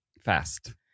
Fast